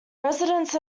residents